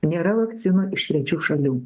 nėra vakcinų iš trečiu šalių